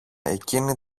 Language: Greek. εκείνη